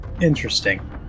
Interesting